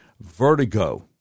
vertigo